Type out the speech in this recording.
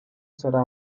será